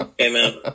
Amen